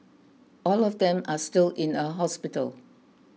all of them are still in a hospital